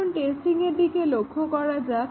এখন টেস্টিংয়ের দিকে লক্ষ করা যাক